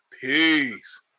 Peace